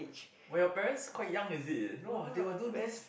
!wah! your parents quite young is it !wah! they will do this